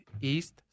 East